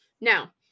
Now